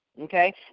Okay